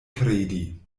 kredi